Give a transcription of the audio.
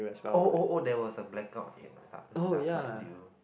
oh oh oh there was a blackout last night did you